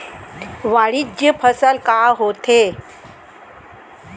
वाणिज्यिक फसल का होथे?